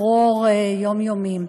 בטרור יומיומי.